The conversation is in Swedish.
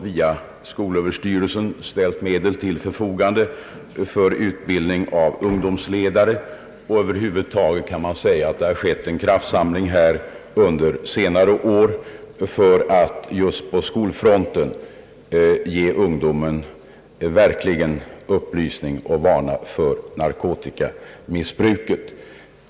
Via skolöverstyrelsen har material också ställts till förfogande för utbildning av ungdomsledare. Över huvud taget kan det sägas att man under senare år har gjort en kraftsamling för att just på skolfronten ge ungdomen upplysning och varna för narkotikamissbruket.